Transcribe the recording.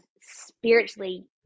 spiritually